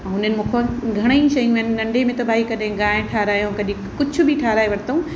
हुननि मूं खां घणेई शयूं आहिनि नंढे में त भाई कॾहिं गांइ ठाहिरायो कॾहिं कुझु बि ठाहिराए वरितऊं